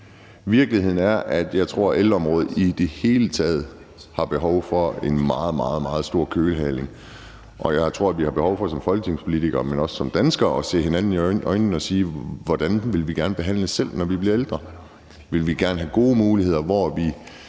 Virkeligheden er, at ældreområdet i det hele taget har behov for en meget, meget grundig kølhaling, og jeg tror, at vi som folketingspolitikere, men også som danskere har behov for at se hinanden i øjnene og sige: Hvordan vil vi gerne behandles selv, når vi bliver ældre? Vil vi gerne have gode muligheder, hvor vi